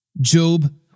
Job